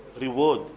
reward